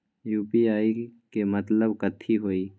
UPI के मतलब कथी होई?